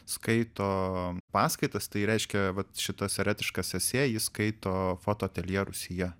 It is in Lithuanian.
skaito paskaitas tai reiškia vat šitas eretiškas esė jį skaito fotoateljė rūsyje